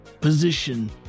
position